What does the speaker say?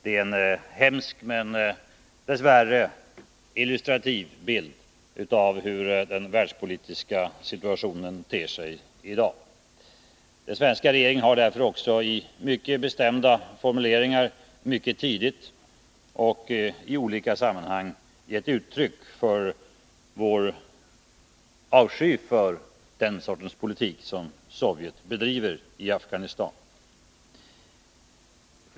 Det är en hemsk, men dess värre illustrativ bild av hur den världspolitiska situationen ter sig i dag. Den svenska regeringen har därför också i mycket bestämda formuleringar mycket tidigt och i olika sammanhang gett uttryck för vår avsky för den sortens politik som Sovjet bedriver i Afghanistan.